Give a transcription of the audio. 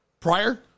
prior